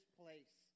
place